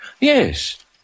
Yes